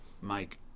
Mike